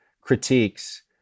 critiques